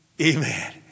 Amen